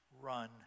run